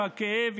עם הכאב,